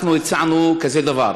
אנחנו הצענו כזה דבר: